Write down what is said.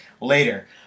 later